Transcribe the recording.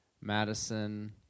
Madison